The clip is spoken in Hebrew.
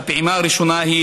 והפעימה הראשונה,